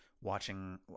watching